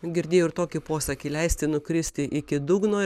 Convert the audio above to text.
girdėjau ir tokį posakį leisti nukristi iki dugno